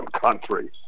country